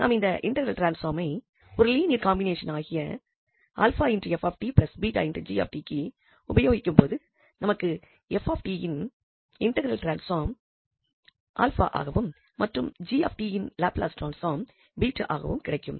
நாம் இந்த இன்டெக்ரல் டிரான்ஸ்பாமை ஒரு லீனியர் காம்பினேஷன் ஆகிய 𝛼𝑓𝑡 𝛽𝑔𝑡க்கு உபயோகிக்கும் போது நமக்கு 𝑓𝑡இன் இன்டெக்ரல் டிரான்ஸ்பாம் 𝛼 ஆகவும் மற்றும் 𝑔𝑡 இன் லாப்லஸ் டிரான்ஸ்பாம் 𝛽 ஆகவும் கிடைக்கும்